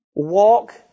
Walk